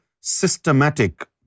systematic